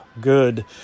Good